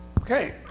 okay